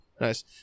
Nice